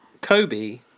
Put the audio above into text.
Kobe